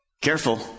Careful